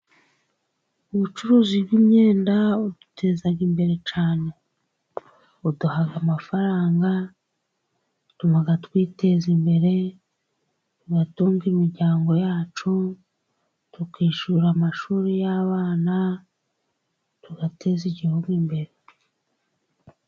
Ubucuruzi bw'imyenda buduteza imbere cyane, buduha amafaranga, butuma twiteza imbere, tugatunga imiryango yacu tukishyura amashuri y'abana, tugateza igihugu imbere.